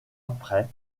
après